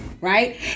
right